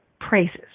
praises